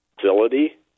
facility